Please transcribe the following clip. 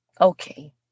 Okay